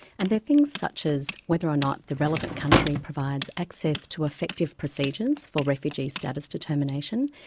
and they're things such as, whether or not, the relevant country provides access to effective procedures for refugee status determination,